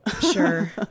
Sure